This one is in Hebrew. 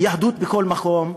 יהדות בכל מקום,